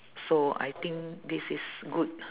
so I think this is good